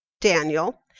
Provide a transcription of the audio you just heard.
daniel